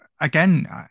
again